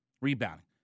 rebounding